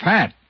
Pat